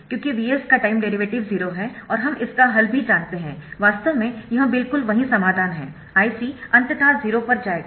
क्योंकि Vs का time derivative 0 है और हम इसका हल भी जानते है वास्तव में यह बिल्कुल वही समाधान है Ic अंततः 0 पर जायेगा